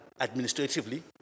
administratively